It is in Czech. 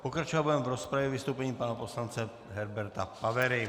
Pokračovat budeme v rozpravě vystoupením pana poslance Herberta Pavery.